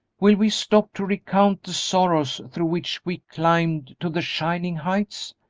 will we stop to recount the sorrows through which we climbed to the shining heights?